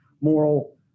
moral